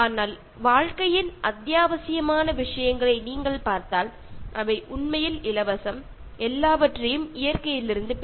പക്ഷേ നമ്മുടെ ജീവിതത്തിലെ അത്യാവശ്യ സാധനങ്ങളെ നമ്മൾ വിലയിരുത്തിയാൽ നമുക്ക് മനസ്സിലാകുന്നത് അവയൊക്കെ പ്രകൃതിയിൽ നിന്നും വളരെ ഫ്രീയായി കിട്ടും എന്നതാണ്